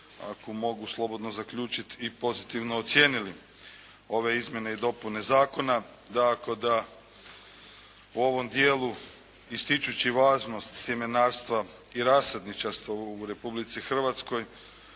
ako mogu slobodno zaključiti i pozitivno ocijenili ove Izmjene i dopune zakona, tako da u ovom dijelu ističući važnost sjemenarstva i rasadničarstva u Republici Hrvatskoj